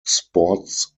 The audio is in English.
sports